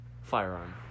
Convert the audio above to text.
firearm